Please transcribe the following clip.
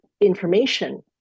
information